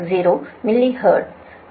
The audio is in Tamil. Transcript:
60 மில்லிஹென்ரி